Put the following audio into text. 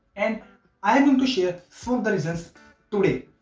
and i am going to share some of the reasons today.